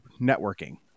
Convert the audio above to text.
networking